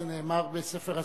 זה נאמר בספר הספרים.